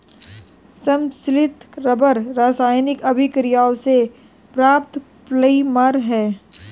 संश्लेषित रबर रासायनिक अभिक्रियाओं से प्राप्त पॉलिमर है